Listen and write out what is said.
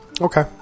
okay